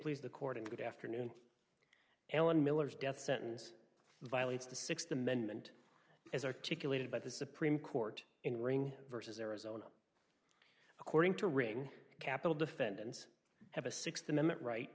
please the court and good afternoon ellen miller's death sentence violates the th amendment as articulated by the supreme court in ring versus arizona according to ring capital defendants have a th amendment right